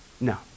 no